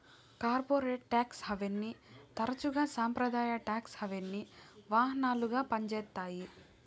corporate tax హావెన్ని తరచుగా సంప్రదాయ టాక్స్ హావెన్కి వాహనాలుగా పంజేత్తాయి